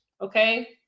Okay